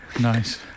nice